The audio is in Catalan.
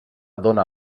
dóna